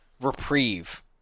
reprieve